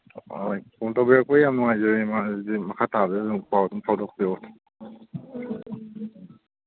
ꯍꯣꯏ ꯀꯣꯜ ꯇꯧꯕꯤꯔꯛꯄꯒꯤ ꯌꯥꯝ ꯅꯨꯡꯉꯥꯏꯖꯔꯦ ꯏꯃꯥ ꯑꯗꯨꯗꯤ ꯃꯈꯥ ꯇꯥꯕꯁꯤ ꯑꯗꯨꯝ ꯄꯥꯎ ꯑꯗꯨꯝ ꯐꯥꯎꯗꯣꯛꯄꯤꯔꯛꯑꯣ